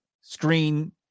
screen